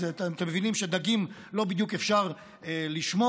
אז אתם מבינים שדגים לא בדיוק אפשר לשמור,